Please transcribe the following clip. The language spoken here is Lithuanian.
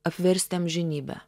apversti amžinybę